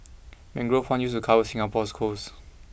Mangrove one used to cover Singapore's coasts